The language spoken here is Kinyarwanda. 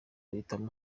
guhitamo